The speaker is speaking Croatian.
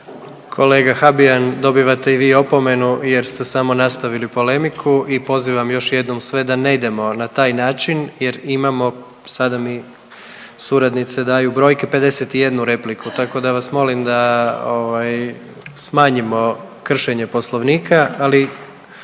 Kolega Habijan, dobivate i vi opomenu jer ste samo nastavili polemiku i pozivam još jednom sve da ne idemo na taj način jer imamo, sada mi suradnice daju brojke, 51 repliku, tako da vas molim da ovaj smanjimo kršenje Poslovnika,